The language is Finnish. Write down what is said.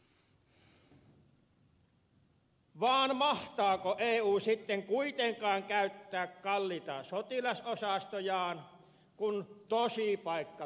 vaan mahtaako eu sitten kuitenkaan käyttää kalliita sotilasosastojaan kun tosipaikka tulee eteen